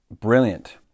brilliant